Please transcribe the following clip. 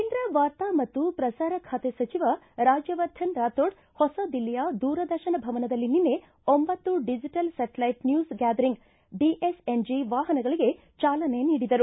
ಕೇಂದ್ರ ವಾರ್ತಾ ಮತ್ತು ಪ್ರಸಾರ ಖಾತೆ ಸಚಿವ ರಾಜ್ಯವರ್ಧನ್ ರಾಥೋಡ್ ಹೊಸ ದಿಲ್ಲಿಯ ದೂರದರ್ಶನ ಭವನದಲ್ಲಿ ನಿನ್ನೆ ಒಂಭತ್ತು digital satellite news gathering DSNG ವಾಹನಗಳಿಗೆ ಚಾಲನೆ ನೀಡಿದರು